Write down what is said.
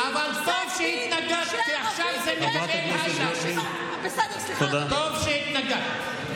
פסק דין שערבי קיבל 30% אבל טוב שהתנגדת,